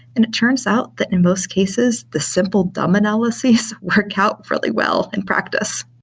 and it turns out that in most cases the simple dumb analyses work out really well in practice.